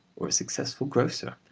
or a successful grocer,